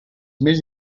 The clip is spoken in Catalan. més